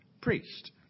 priest